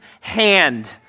hand